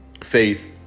faith